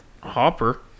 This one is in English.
Hopper